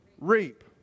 reap